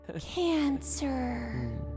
Cancer